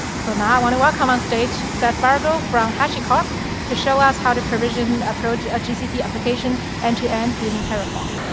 so now i want to welcome on stage seth vargo from hashicorp to show us how to provision provision a gcp application end and to end using terraform.